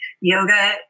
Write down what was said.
yoga